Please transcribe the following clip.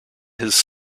his